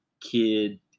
Kid